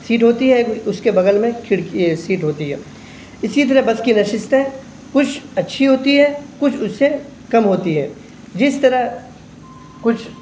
set ہوتی ہے ایک اس کے بغل میں کھڑکی یہ سیٹ ہوتی ہے اسی طرح بس کی نشستیں کچھ اچھی ہوتی ہے کچھ اس سے کم ہوتی ہے جس طرح کچھ